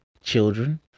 Children